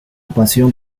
pasión